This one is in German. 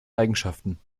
eigenschaften